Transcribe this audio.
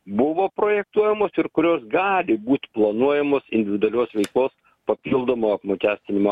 buvo projektuojamos ir kurios gali būt planuojamos individualios veiklos papildomo apmokestinimo